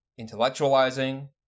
intellectualizing